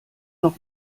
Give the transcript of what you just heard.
doch